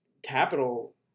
capital